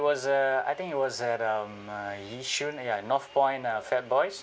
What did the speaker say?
was uh I think it was at um uh yishun ya north point um fat boys